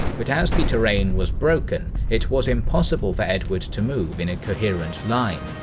but as the terrain was broken, it was impossible for edward to move in a coherent line.